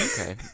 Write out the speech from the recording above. okay